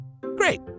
Great